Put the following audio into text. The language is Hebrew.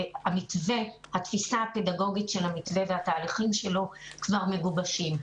התפיסה הפדגוגית של המתווה והתהליכים שלו כבר מגובשים.